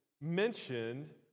mentioned